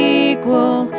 equal